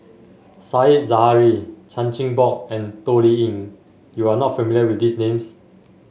Said Zahari Chan Chin Bock and Toh Liying you are not familiar with these names